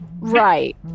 Right